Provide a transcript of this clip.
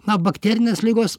na bakterinės ligos